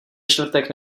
čtvrtek